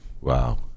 Wow